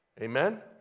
Amen